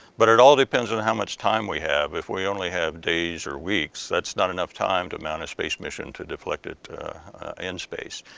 but it all depends on how much time we have. if we only have days or weeks, that's not enough time to mount a space mission to deflect it in space,